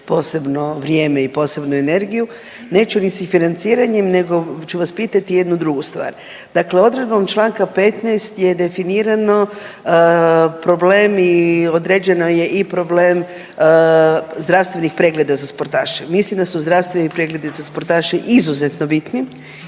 posebno vrijeme i posebnu energiju, neću ni sa financiranjem nego ću vas pitati jednu drugu stvar. Dakle, odredbom čl. 15. je definirano problemi određeno je i problem zdravstvenih pregleda za sportaše. Mislim da su zdravstveni pregledi za sportaše izuzetno bitni,